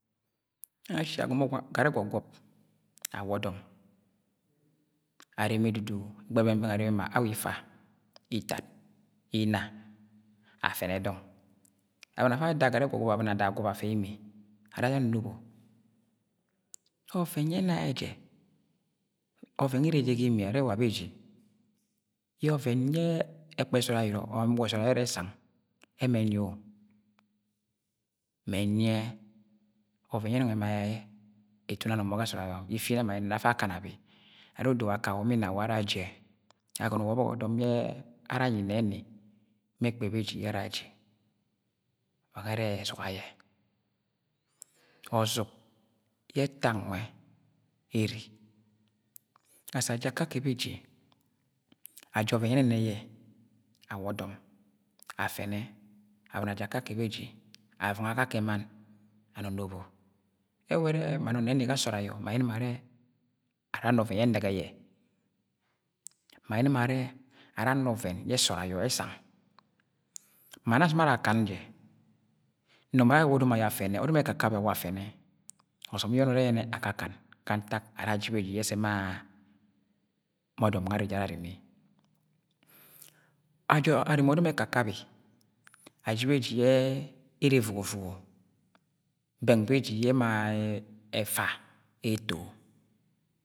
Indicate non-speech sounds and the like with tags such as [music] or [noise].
Ashi agọmọ [unintelligible] gari ẹgwogeọp awa ọdọm areme dudu ẹgbẹghẹ beng-beng areme ma hour ifa, itad, inna, afene dọng aboni afa ada gari egwọgwọp agwọp afẹ imi ara ha anonobo ọvẹn yẹ ẹna yẹ jẹ, ọvẹn nge ere yẹ jẹ ga imi ẹrẹ wa beji yẹ ọvẹn yẹ ẹkpẹ ere ẹsang ẹmẹ ẹnyi-o mẹ ẹnyi yẹ oven yẹ ẹnung ẹma itune anọmọ ga sọọd ifinang ma ayene nẹ afa akan abi are odo wa akwo ma inwo ara aji yẹ agọnọ wa ọbak ọdọm yẹ ara anyi neni ma ẹkpo ebeji yẹ ara aji wa nwẹ ere ẹzuga yẹ ọzuk yẹ ẹta nwẹ ere ashi aji akakẹ beji aji ọvẹn yẹ ẹnẹnẹ yẹ awa ọdọm afẹnẹ abọni aji akake beji aji ọvẹn yẹ ẹnẹnẹ yẹ awa o̱dọm aji akakẹ beji avọngọ akake mann anonobo ẹwọ ẹrẹ ma no nẹni ga sọọd ayọ ma ayẹnẹ mọ arẹ ara ana ọvẹn yẹ ẹnẹgẹ yẹ ma ayene mọ nrẹ ara ana ọvẹn ye sọọd ayo ẹsang, ma na asọm ara akon jẹ nọ ma ara awa ọdọm ayọ afẹnẹ ọdọm ẹkakabi awa afẹnẹ ọsọm uyẹnẹ ure akakan ga ntak ara aji beji yẹ ẹssẹ ma, ma ọdọm nwẹ are jẹ ara areme areme ọdọm ekakabi aji beji yẹ ere vugu-vugu bẹng beji ye ema ẹfa eto.